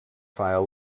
file